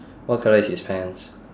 what colour is his pants